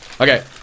okay